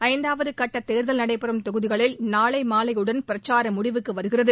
ஐந்தாவது கட்ட தேர்தல் நடைபெறும் தொகுதிகளில் நாளை மாலையுடன் பிரச்சாரம் முடிவுக்கு வருகிறது